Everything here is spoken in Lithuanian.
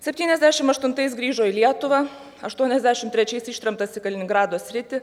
septyniasdešim aštuntais grįžo į lietuvą aštuoniasdešim trečiais ištremtas į kaliningrado sritį